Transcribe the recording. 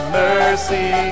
mercy